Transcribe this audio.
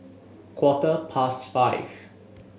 quarter past five